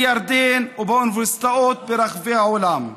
בירדן ובאוניברסיטאות ברחבי העולם.